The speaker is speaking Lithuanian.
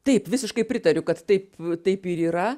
taip visiškai pritariu kad taip taip ir yra